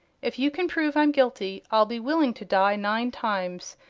if you can prove i'm guilty, i'll be willing to die nine times,